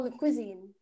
cuisine